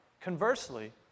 Conversely